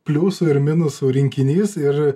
pliusų ir minusų rinkinys ir